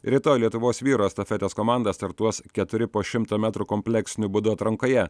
rytoj lietuvos vyrų estafetės komanda startuos keturi po šimtą metrų kompleksiniu būdu atrankoje